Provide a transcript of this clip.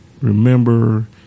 remember